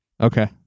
Okay